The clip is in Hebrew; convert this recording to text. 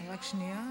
אנחנו עוברים להצעות